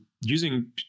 Using